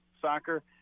soccer